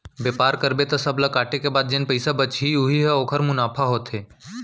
बेपार करबे त सब ल काटे के बाद जेन पइसा बचही उही ह ओखर मुनाफा होथे